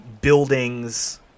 buildings